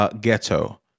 Ghetto